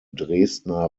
dresdner